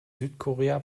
südkorea